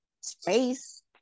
space